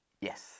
Yes